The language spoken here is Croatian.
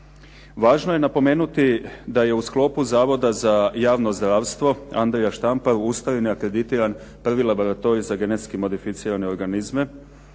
Važno je napomenuti da je u sklopu Zavoda za javno zdravstvo Andrija Štampar ustrojen i akreditiran prvi laboratorij za genetski modificirane organizme